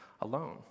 alone